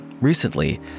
Recently